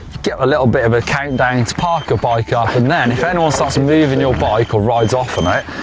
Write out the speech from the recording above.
get a little bit of a count down to park your bike up, and then if anyone starts moving your bike or rides off on it,